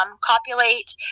copulate